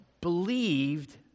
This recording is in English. believed